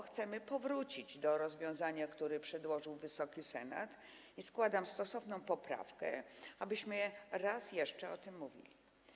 Chcemy powrócić do rozwiązania, które przedłożył Wysoki Senat, i składam stosowną poprawkę, abyśmy raz jeszcze o tym mówili.